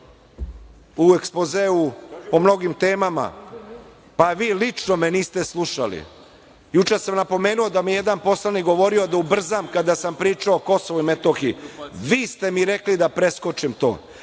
u ekspozeu o mnogim temama, pa vi lično me niste slušali. Juče sam napomenuo da mi je jedan poslanik govorio da ubrzam kada sam govorio o Kosovu i Metohiji, vi ste mi rekli da preskočim to,